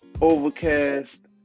Overcast